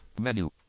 Menu